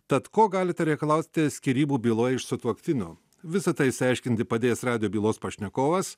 tad ko galite reikalauti skyrybų byloj iš sutuoktinio visa tai išsiaiškinti padės radijo bylos pašnekovas